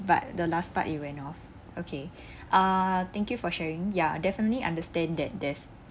but the last part it went off okay uh thank you for sharing ya definitely understand that there's